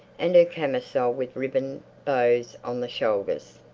and her camisole with ribbon bows on the shoulders.